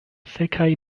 sekaj